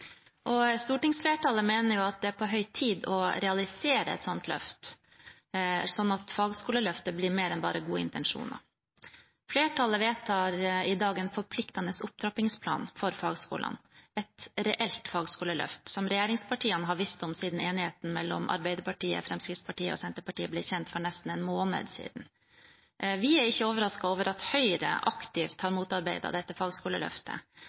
Stortingsflertallet mener at det er på høy tid å realisere et slikt løft, slik at fagskoleløftet blir mer enn bare gode intensjoner. Flertallet vedtar i dag en forpliktende opptrappingsplan for fagskolene – et reelt fagskoleløft – som regjeringspartiene har visst om siden enigheten mellom Arbeiderpartiet, Fremskrittspartiet og Senterpartiet ble kjent for nesten en måned siden. Vi er ikke overrasket over at Høyre aktivt har motarbeidet dette fagskoleløftet,